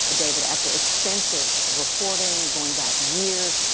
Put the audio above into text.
ah david, after extensive reporting, going back years,